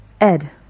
Ed